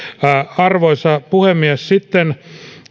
arvoisa puhemies sitten